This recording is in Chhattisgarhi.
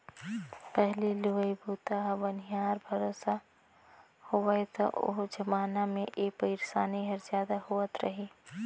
पहिली लुवई बूता ह बनिहार भरोसा होवय त ओ जमाना मे ए परसानी हर जादा होवत रही